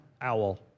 Owl